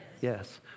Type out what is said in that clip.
Yes